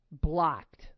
blocked